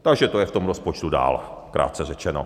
Takže to je v tom rozpočtu dál, krátce řečeno.